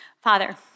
Father